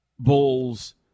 Bulls